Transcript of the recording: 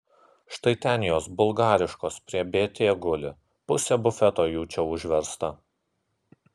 štai ten jos bulgariškos prie bt guli pusė bufeto jų čia užversta